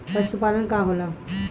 पशुपलन का होला?